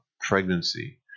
pregnancy